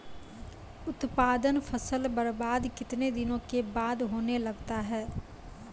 उत्पादन फसल बबार्द कितने दिनों के बाद होने लगता हैं?